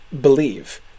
believe